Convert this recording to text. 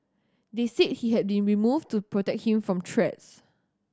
they said he had been removed to protect him from threats